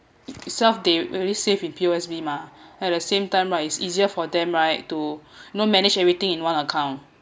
itself they really save in P_O_S_B mah at the same time right it's easier for them right to you know manage everything in one account